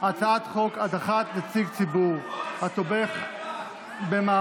הצעת חוק הדחת נציג ציבור התומך במאבק